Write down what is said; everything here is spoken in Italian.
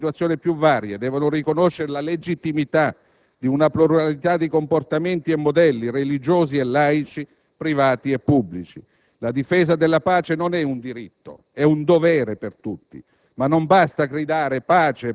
Le leggi devono servire a regolare le situazioni più varie, devono riconoscere la legittimità di una pluralità di comportamenti e modelli, religiosi e laici, privati e pubblici. La difesa della pace non è un diritto, è un dovere per tutti.